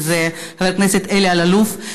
וזה חבר הכנסת אלי אלאלוף.